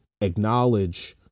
acknowledge